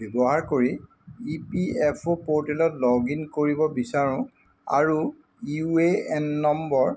ব্যৱহাৰ কৰি E P F O প'ৰ্টেলত লগ ইন কৰিব বিচাৰোঁ আৰু ইউ এ এন নম্বৰ